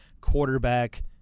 quarterback